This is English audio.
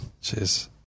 Cheers